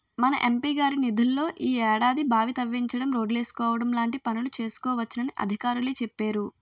మన ఎం.పి గారి నిధుల్లో ఈ ఏడాది బావి తవ్వించడం, రోడ్లేసుకోవడం లాంటి పనులు చేసుకోవచ్చునని అధికారులే చెప్పేరు